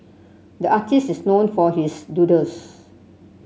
the artist is known for his doodles